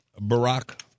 Barack